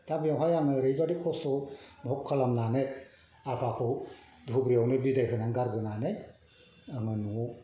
दा बेवहाय आङो ओरैबादि खस्थ' भग खालामनानै आफाखौ धुबुरिआवनो बिदाय होना गारबोनानै आङो न'आव